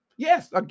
Yes